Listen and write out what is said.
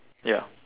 ya